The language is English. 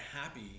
happy